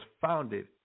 founded